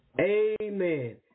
Amen